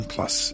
Plus